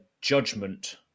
judgment